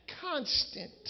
Constant